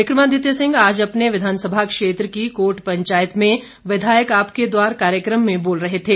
विकमादित्य सिंह आज अपने विधानसभा क्षेत्र की कोट पंचायत में विधायक आपके द्वार कार्यक्रम में बोल रहे थे